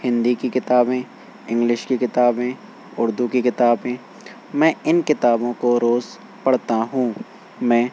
ہندی کی کتابیں انگلش کی کتابیں اردو کی کتابیں میں ان کتابوں کو روز پڑھتا ہوں میں